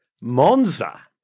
Monza